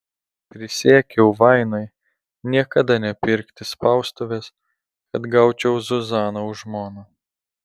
prisiekiau vainai niekada nepirkti spaustuvės kad gaučiau zuzaną už žmoną